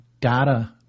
data